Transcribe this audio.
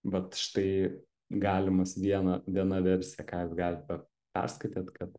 vat štai galimas viena viena versija ką jūs galit pa perskaityt kad